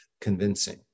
convincing